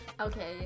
Okay